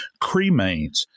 cremains